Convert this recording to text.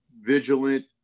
vigilant